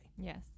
Yes